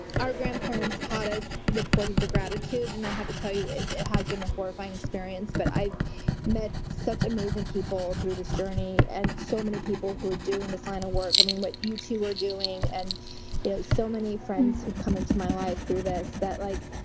our grandparents taught us the importance of gratitude, and i have to tell you, it it has been a horrifying experience, but i met such amazing people through this journey and so many people who are doing this fine work. i mean, what you two are doing, and you know so many friends who came into my life through this, that like,